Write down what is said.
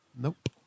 Nope